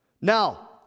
Now